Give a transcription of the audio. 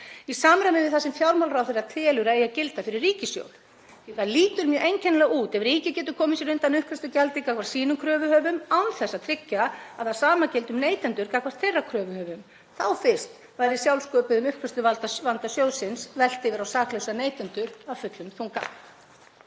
í samræmi við það sem fjármálaráðherra telur að eigi að gilda fyrir ríkissjóð. Það lítur mjög einkennilega út ef ríkið getur komið sér undan uppgreiðslugjaldi gagnvart sínum kröfuhöfum án þess að tryggja að það sama gildi um neytendur gagnvart þeirra kröfuhöfum. Þá fyrst væri sjálfsköpuðum uppgreiðsluvanda vanda sjóðsins velt yfir á saklausa neytendur af fullum þunga.